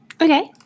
Okay